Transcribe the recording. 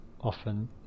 often